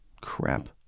crap